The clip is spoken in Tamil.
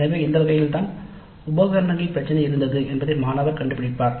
எனவே இந்த வகையில்தான் உபகரணங்களில் பிரச்சினை இருந்தது என்பதை மாணவர் கண்டுபிடிப்பார்